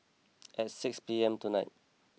at six P M tonight